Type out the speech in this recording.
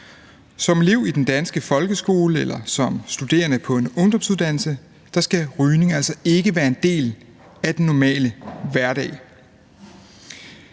Som elev i den danske folkeskole eller som studerende på en ungdomsuddannelse skal rygning altså ikke være en del af den normale hverdag.